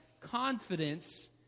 confidence